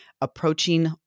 approaching